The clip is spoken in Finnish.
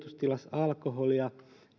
alkoholia